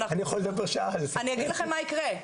אני אגיד לכם מה יקרה,